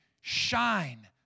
shine